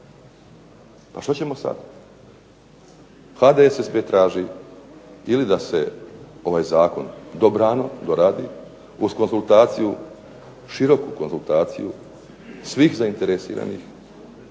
Pa što ćemo sad? HDSSB traži ili da se ovaj zakon dobrano doradi uz konzultaciju, široku konzultaciju svih zainteresiranih